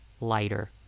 Lighter